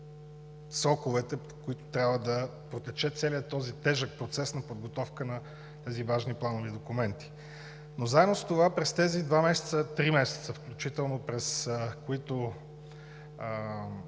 сроковете, по които трябва да протече целият този тежък процес на подготовка на тези важни планови документи. Но заедно с това, през тези два месеца, три месеца включително, през които